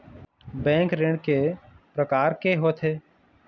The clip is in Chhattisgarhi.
बैंक ऋण के प्रकार के होथे?